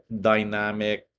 dynamic